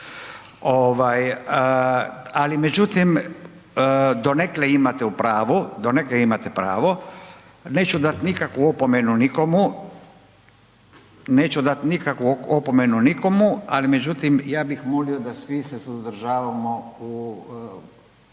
opomenu nikomu, neću dati nikakvu opomenu nikomu, ali međutim ja bih molio da svi se suzdržavamo u,